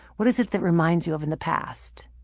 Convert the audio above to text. what is it that reminds you of in the past.